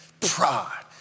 Pride